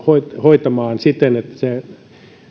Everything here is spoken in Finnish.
hoitamaan siten että